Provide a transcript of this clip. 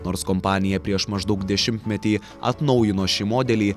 nors kompanija prieš maždaug dešimtmetį atnaujino šį modelį